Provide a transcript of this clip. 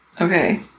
Okay